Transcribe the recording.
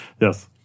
Yes